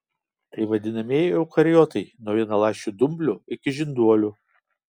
tai vadinamieji eukariotai nuo vienaląsčių dumblių iki žinduolių